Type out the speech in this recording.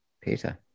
peter